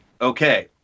Okay